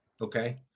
Okay